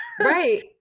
right